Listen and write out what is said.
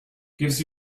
gives